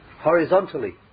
horizontally